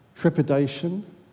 trepidation